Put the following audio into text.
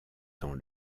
dans